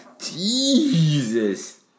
Jesus